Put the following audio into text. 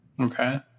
Okay